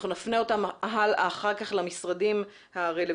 אנחנו נפנה אותן הלאה אחר כך למשרדים הרלוונטיים